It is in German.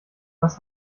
was